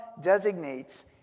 designates